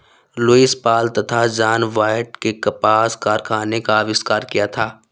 Lewis Paul तथा John Wyatt ने कपास कारखाने का आविष्कार किया था